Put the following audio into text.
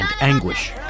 anguish